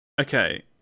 okay